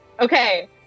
okay